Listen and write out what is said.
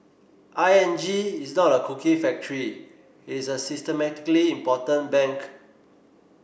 I N G is not a cookie factory it is a systemically important bank